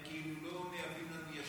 הם כאילו לא מייצאים לנו ישירות.